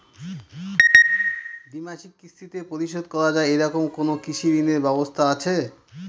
দ্বিমাসিক কিস্তিতে পরিশোধ করা য়ায় এরকম কোনো কৃষি ঋণের ব্যবস্থা আছে?